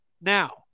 Now